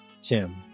Tim